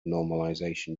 normalization